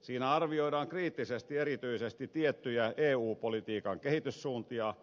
siinä arvioidaan kriittisesti erityisesti tiettyjä eu politiikan kehityssuuntia